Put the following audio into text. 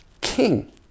king